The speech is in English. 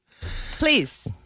Please